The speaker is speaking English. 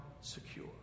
secure